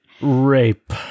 Rape